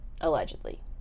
Allegedly